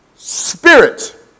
Spirit